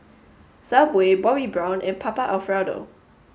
subway Bobbi Brown and Papa Alfredo